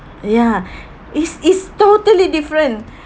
ya it's it's totally different